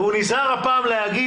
למה אתה מונע ממנו את זה?